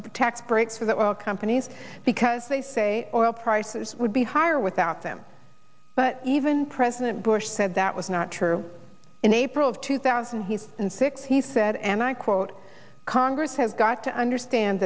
the tax breaks for the companies because they say oil prices would be higher without them but even president bush said that was not true in april of two thousand he and six he said and i quote congress have got to understand